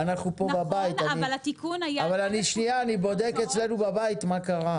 נכון, אבל התיקון לא היה בפקודת הקרקעות.